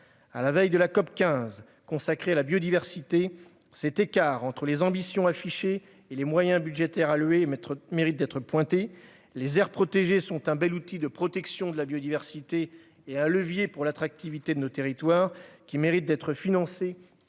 À la veille de la COP15 consacrée à la biodiversité, cet écart entre les ambitions affichées et les moyens budgétaires alloués mérite d'être pointé. Les aires protégées sont un bel outil de protection de la biodiversité et un levier de l'attractivité de nos territoires. Elles méritent d'être financées